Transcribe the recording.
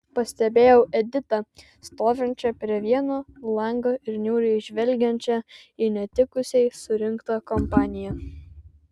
pastebėjau editą stovinčią prie vieno lango ir niūriai žvelgiančią į netikusiai surinktą kompaniją